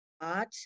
art